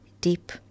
deep